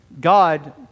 God